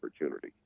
opportunity